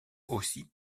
aussi